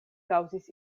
kaŭzis